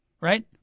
right